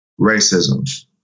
racism